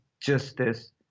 justice